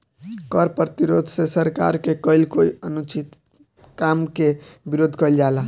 कर प्रतिरोध से सरकार के कईल कोई अनुचित काम के विरोध कईल जाला